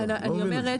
אני לא מבין את זה,